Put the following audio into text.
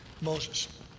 Moses